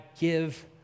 give